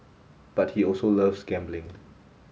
but he also loves gambling